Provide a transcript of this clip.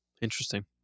Interesting